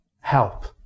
help